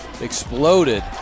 exploded